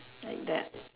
like that